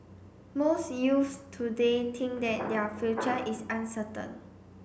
most youths today think that their future is uncertain